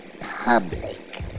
Public